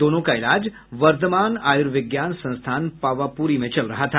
दोनों का इलाज वर्धमान आयुर्विज्ञान संस्थान पावाप्री में चल रहा था